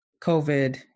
COVID